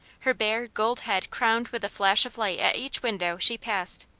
her bare, gold head crowned with a flash of light at each window she passed.